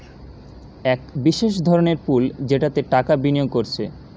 এক বিশেষ ধরনের পুল যেটাতে টাকা বিনিয়োগ কোরছে